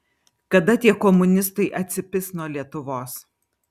kada tie komunistai atsipis nuo lietuvos